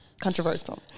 Controversial